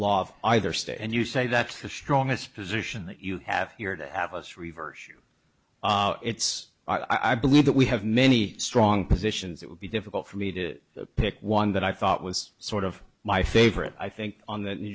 of either state and you say that the strongest position that you have here to have us reverse its i believe that we have many strong positions it would be difficult for me to pick one that i thought was sort of my favorite i think on the new